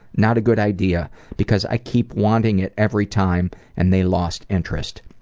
not a good idea because i keep wanting it every time and they lost interest.